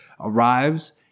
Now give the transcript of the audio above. arrives